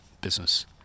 business